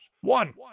One